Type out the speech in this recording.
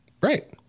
Right